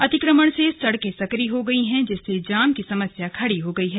अतिक्रमण से सड़कें संकरी हो गई हैं जिससे जाम की समस्या खड़ी हो गयी है